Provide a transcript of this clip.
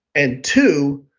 and two,